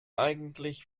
eigentlich